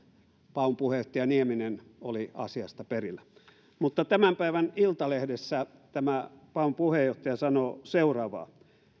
paun puheenjohtaja nieminen oli asiasta perillä mutta tämän päivän iltalehdessä tämä paun puheenjohtaja sanoo seuraavaa